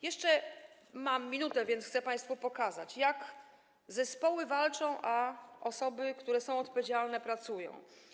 Jeszcze mam minutę, więc chcę państwu pokazać, jak zespoły walczą, a osoby, które są odpowiedzialne, pracują.